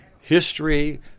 history